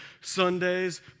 Sundays